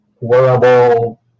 wearable